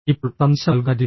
ഇപ്പോൾ സന്ദേശം നൽകുന്ന രീതി